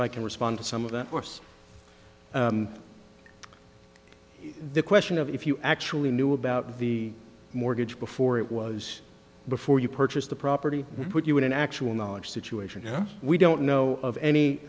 i can respond to some of the course the question of if you actually knew about the mortgage before it was before you purchased the property put you in an actual knowledge situation we don't know of any